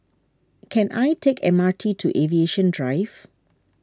can I take M R T to Aviation Drive